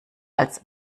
als